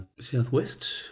southwest